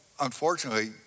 unfortunately